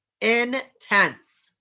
Intense